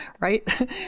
right